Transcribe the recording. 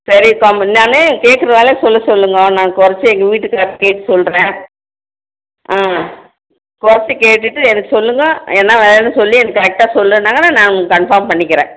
சரிபா முன்னாடிலே கேட்குற விலை சொல்ல சொல்லுங்க நான் குறைச்சி எங்கள் வீட்டுகாரரை கேட்டு சொல்கிறேன் ம் குறைச்சி கேட்டுவிட்டு எனக்கு சொல்லுங்க என்ன விலைன்னு சொல்லி எனக்கு கரெட்டாக சொல்லின்னாங்கன்னால் நான் கன்ஃபாம் பண்ணிக்கிறேன்